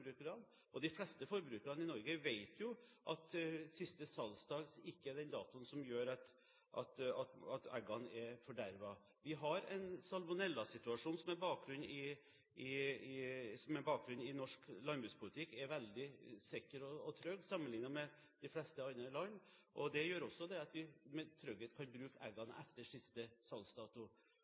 og prinsippene for denne når det gjelder produsentenes egne anbefalinger, vi har jobbet med holdninger hos forbrukerne, vi har jobbet med kunnskapen hos forbrukerne. De fleste forbrukerne i Norge vet at siste salgsdag ikke er datoen for når eggene er fordervet. Vi har en salmonellasituasjon som bakgrunn her. Norsk landbrukspolitikk er veldig sikker og trygg sammenliknet med de fleste andre land. Det gjør også at vi med trygghet kan bruke eggene etter siste salgsdato.